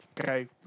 Okay